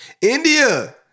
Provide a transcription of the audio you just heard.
India